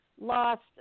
lost